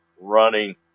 running